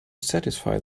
satisfy